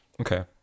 Okay